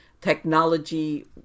technology